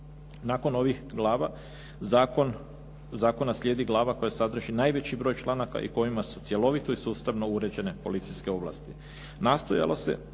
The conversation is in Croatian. Nakon ovih glava zakona slijedi glava koja sadrži najveći broj članaka i kojima su cjelovito i sustavno uređene policijske ovlasti.